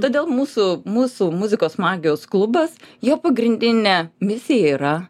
todėl mūsų mūsų muzikos magijos klubas jo pagrindinė misija yra